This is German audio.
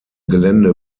gelände